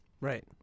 Right